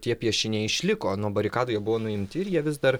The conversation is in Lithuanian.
tie piešiniai išliko nuo barikadų jie buvo nuimti ir jie vis dar